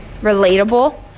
relatable